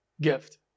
gift